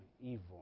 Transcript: evil